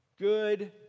Good